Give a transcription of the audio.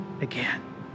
again